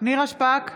נירה שפק,